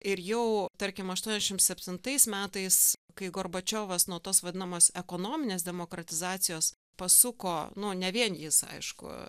ir jau tarkim aštuoniasdešim septintais metais kai gorbačiovas nuo tos vadinamos ekonominės demokratizacijos pasuko nu ne vien jis aišku